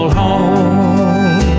home